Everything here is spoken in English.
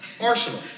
arsenal